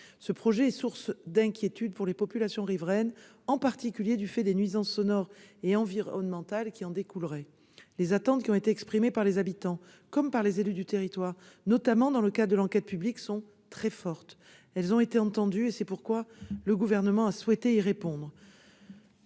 Ce projet est source d'inquiétude pour les populations riveraines, en particulier du fait des nuisances sonores et environnementales qui en découleraient. Les attentes qui ont été exprimées par les habitants comme par les élus du territoire, notamment dans le cadre de l'enquête publique, sont très fortes. Je les ai entendues et c'est pourquoi le Gouvernement a souhaité y répondre.